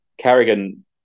Carrigan